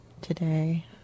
today